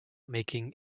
making